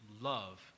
love